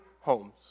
homes